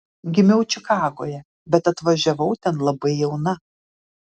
gimiau čikagoje bet atvažiavau ten labai jauna